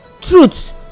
truth